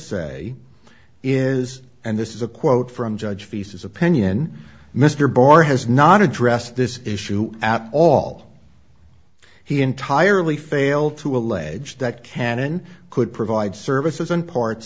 say is and this is a quote from judge faeces opinion mr barr has not addressed this issue at all he entirely failed to allege that canon could provide services and parts